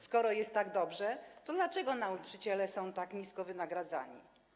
Skoro jest tak dobrze, to dlaczego nauczyciele są tak nisko wynagradzani?